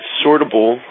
sortable